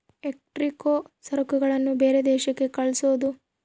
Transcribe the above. export ಸರಕುಗಳನ್ನ ಬೇರೆ ದೇಶಕ್ಕೆ ಕಳ್ಸೋದು